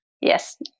Yes